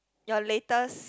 your latest